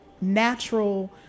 natural